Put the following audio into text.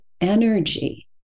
energy